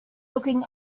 looking